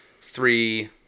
three